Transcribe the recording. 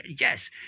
yes